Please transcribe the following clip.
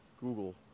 Google